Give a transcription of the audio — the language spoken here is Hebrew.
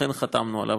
לכן חתמנו עליו,